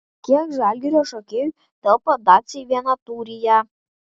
kiek žalgirio šokėjų telpa dacia vienatūryje